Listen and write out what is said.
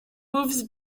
moves